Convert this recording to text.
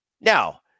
Now